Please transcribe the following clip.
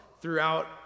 throughout